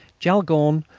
jaulgonne,